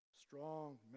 Strong